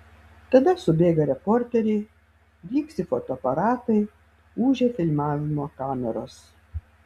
tada subėga reporteriai blyksi fotoaparatai ūžia filmavimo kameros